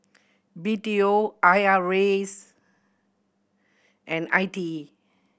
B T O I R A S and I T E